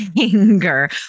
anger